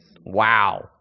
Wow